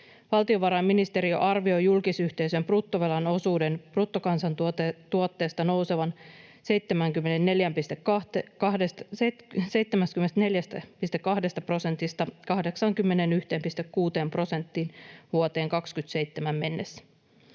Valtiovarainministeriö arvioi julkisyhteisöjen bruttovelan osuuden bruttokansantuotteesta nousevan 74,2 prosentista 81,6 prosenttiin vuoteen 27 mennessä.